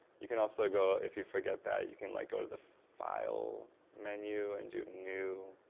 you can also go, if you forget that, you can like go to the file menu, and do new,